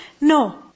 No